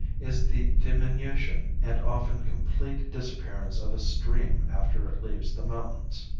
is the diminution and often complete disappearance of a stream after it leaves the mountains.